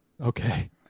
okay